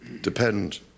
depend